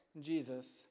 Jesus